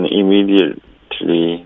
immediately